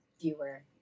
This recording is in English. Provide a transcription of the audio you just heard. viewer